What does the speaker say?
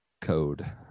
code